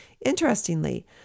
Interestingly